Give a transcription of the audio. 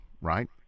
right